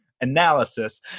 Analysis